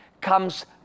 comes